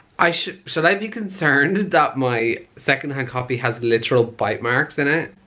i should should i be concerned that my secondhand copy has literal bite marks in it